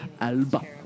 Alba